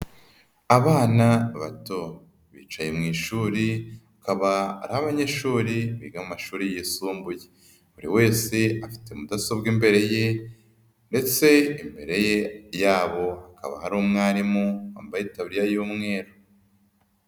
Abana bato, bicaye mu ishuriba, akaba ari abanyeshuri biga amashuri yisumbuye, buri wese afite mudasobwa imbere ye ndetse imbere yabo, hakaba ari umwarimu wambaye itaburiya y'umweru.